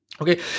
okay